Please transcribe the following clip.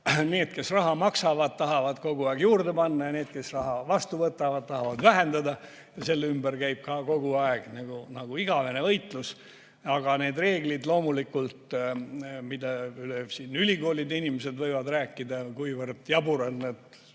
need, kes raha maksavad, tahavad kogu aeg juurde panna, ja need, kes raha vastu võtavad, tahavad vähendada. Selle ümber käib kogu aeg igavene võitlus. Nende reeglite kohta siin ülikoolide inimesed võivad rääkida, kui jaburad nende